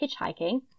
hitchhiking